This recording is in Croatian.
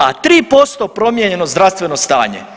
A 3% promijenjeno zdravstveno stanje.